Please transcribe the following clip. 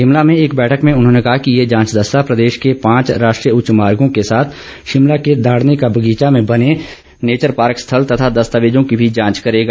शिमला में एक बैठक में उन्होंने कहा कि ये जांच दस्ता प्रदेश के पांच राष्ट्रीय उच्च मार्गों के साथ साथ शिमला के दाड़नी का बगीचा में बने नेचर पार्क स्थल तथा दस्तावेजों की भी जांच करेगा